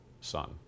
son